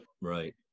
right